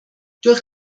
durch